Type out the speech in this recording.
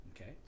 Okay